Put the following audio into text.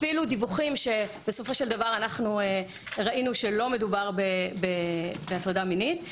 אפילו דיווחים שבסופו של דבר ראינו שלא מדובר בהטרדה מינית.